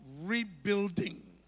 rebuilding